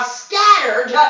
scattered